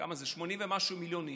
80 ומשהו מיליון איש,